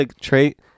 trait